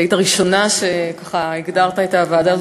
את היית הראשונה שככה הגדרת את הוועדה הזאת,